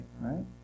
Right